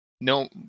no